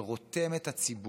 שרותם את הציבור,